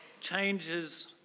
changes